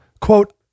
quote